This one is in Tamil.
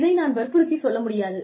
இதை நான் வற்புறுத்தி சொல்ல முடியாது